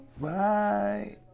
Bye